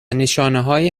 نشانههایی